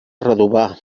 redovà